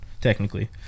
technically